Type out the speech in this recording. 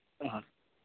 હા